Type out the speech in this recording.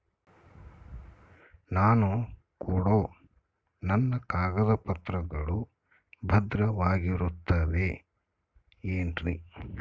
ನಾನು ಕೊಡೋ ನನ್ನ ಕಾಗದ ಪತ್ರಗಳು ಭದ್ರವಾಗಿರುತ್ತವೆ ಏನ್ರಿ?